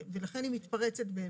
ולכן היא מתפרצת.